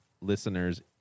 listeners